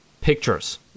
pictures